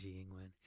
England